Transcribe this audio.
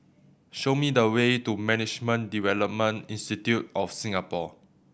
show me the way to Management Development Institute of Singapore